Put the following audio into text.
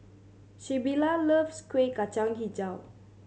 Sybilla loves Kueh Kacang Hijau